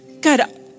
God